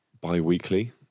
bi-weekly